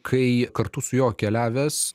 kai kartu su juo keliavęs